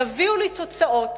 תביאו לי תוצאות,